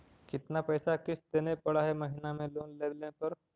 कितना पैसा किस्त देने पड़ है महीना में लोन लेने पर?